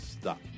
Stop